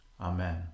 Amen